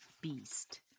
beast